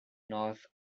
north